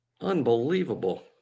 Unbelievable